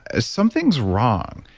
ah something's wrong.